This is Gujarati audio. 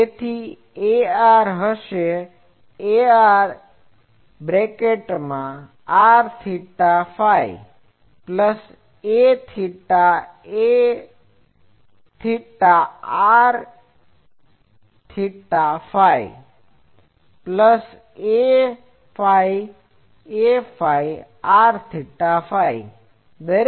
તેથી તે ar હશે Arrθφ plus aθ Aθrθφ plus aφ Aφ rθφ